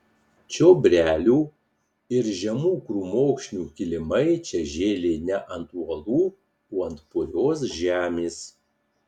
čiobrelių ir žemų krūmokšnių kilimai čia žėlė ne ant uolų o ant purios žemės